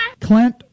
Clint